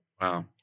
Wow